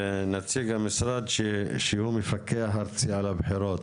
נציג המשרד שהוא מפקח הארצי על הבחירות,